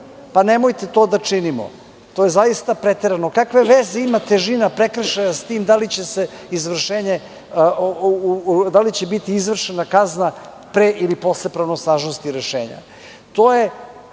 itd. Nemojte to da činimo. To je preterano. Kakve veze ima težina prekršaja sa tim da li će biti izvršena kazna pre ili posle pravosnažnosti rešenja?